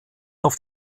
auf